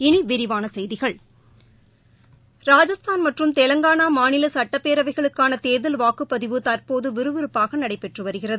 இனி விரிவான செய்திகள் ராஜஸ்தான் மற்றும் தெலங்கானா மாநில சட்டப்பேரவைகளுக்கான தேர்தல் வாக்குப்பதிவு தற்போது விறுவிறுப்பாக நடைபெற்று வருகிறது